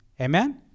Amen